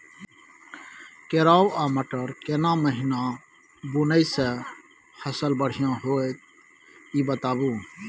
केराव आ मटर केना महिना बुनय से फसल बढ़िया होत ई बताबू?